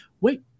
wait